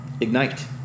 Ignite